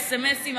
הסמ"סים,